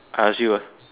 I ask you ah